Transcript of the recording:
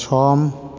सम